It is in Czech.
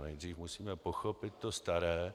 Nejdřív musíme pochopit to staré.